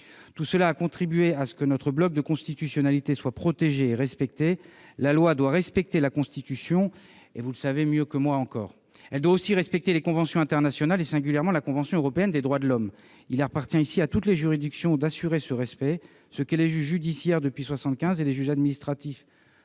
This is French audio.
tout cela a contribué à ce que notre bloc de constitutionnalité soit protégé et respecté. La loi doit respecter la Constitution, vous le savez mieux que moi encore. Elle doit aussi respecter les conventions internationales, singulièrement la convention européenne des droits de l'homme. Il appartient ici à toutes les juridictions d'assurer ce respect, ce que les juges judiciaires depuis 1975 et les juges administratifs